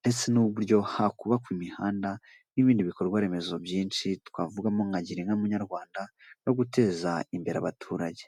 ndetse n'uburyo hakubakwa imihanda n'ibindi bikorwaremezo byinshi twavugamo nka Girinka Munyarwanda no guteza imbere abaturage.